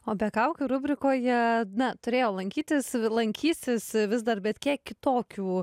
o be kaukių rubrikoje na turėjo lankytis lankysis vis dar bet kiek kitokiu